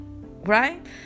right